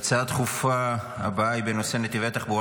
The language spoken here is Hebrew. ההצעה הדחופה הבאה היא בנושא: נתיבי התחבורה